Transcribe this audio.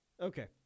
Okay